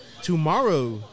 tomorrow